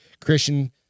Christian